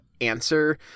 answer